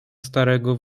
starego